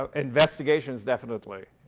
um investigations definitely.